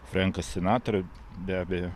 frenkas sinatra be abejo